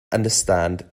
understand